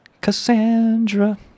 Cassandra